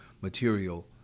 material